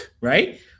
right